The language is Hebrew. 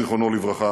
זיכרונו לברכה,